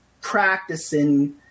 practicing